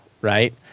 right